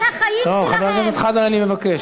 על החירות, חבר הכנסת חזן, אני מבקש.